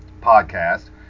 podcast